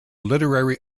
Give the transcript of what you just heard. literary